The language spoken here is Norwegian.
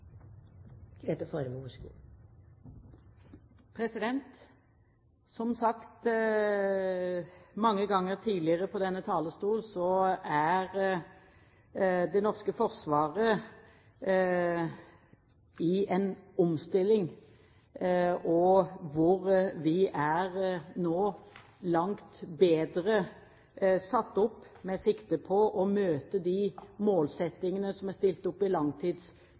Som sagt mange ganger tidligere fra denne talerstolen, er det norske forsvaret i omstilling, og vi er nå langt bedre satt opp med sikte på å møte de målsettingene som er stilt opp i